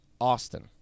Austin